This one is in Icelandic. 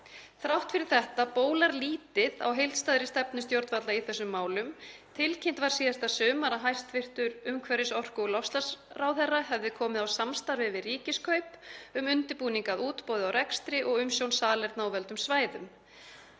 Þrátt fyrir þetta bólar lítið á heildstæðri stefnu stjórnvalda í þessum málum. Tilkynnt var síðasta sumar að hæstv. umhverfis-, orku- og loftslagsráðherra hefði komið á samstarfi við Ríkiskaup um undirbúning að útboði á rekstri og umsjón salerna á völdum svæðum.